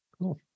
Cool